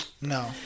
no